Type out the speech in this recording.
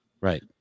Right